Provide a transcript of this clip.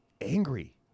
angry